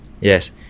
Yes